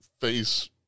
face